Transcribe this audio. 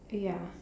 ya